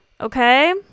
Okay